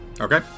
Okay